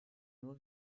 nur